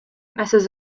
messrs